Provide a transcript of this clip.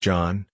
John